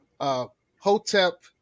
Hotep